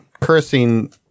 cursing